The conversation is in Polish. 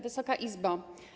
Wysoka Izbo!